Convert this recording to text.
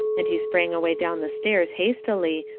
and he sprang away down the stairs hastily,